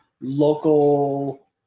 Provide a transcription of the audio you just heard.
local